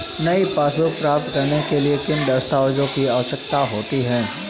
नई पासबुक प्राप्त करने के लिए किन दस्तावेज़ों की आवश्यकता होती है?